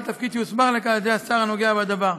תפקיד שהוסמך לכך על ידי השר הנוגע בדבר.